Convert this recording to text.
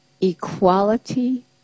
equality